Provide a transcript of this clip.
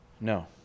No